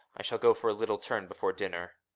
i shall go for a little turn before dinner.